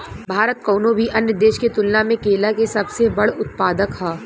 भारत कउनों भी अन्य देश के तुलना में केला के सबसे बड़ उत्पादक ह